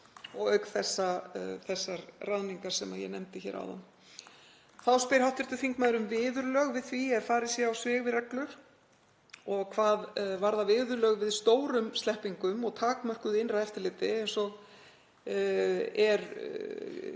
eru þær ráðningar sem ég nefndi hér áðan. Þá spyr hv. þingmaður um viðurlög við því að farið sé á svig við reglur. Hvað varðar viðurlög við stórum sleppingum og takmörkuðu innra eftirliti, eins og